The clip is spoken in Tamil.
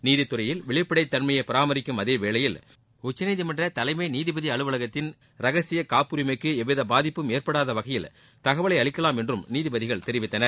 நீதித்துறையில் வெளிப்படைத் தன்மையை பராமரிக்கும் அதேவேளையில் உச்சநீதிமன்ற தலைமை நீதிபதி அலுவலுகத்தின் ரகசிய காப்புரிமைக்கு எவ்வித பாதிப்பும் ஏற்படாத வகையில் தகவலை அளிக்கலாம் என்றம் நீதிபதிகள் தெரிவித்தனர்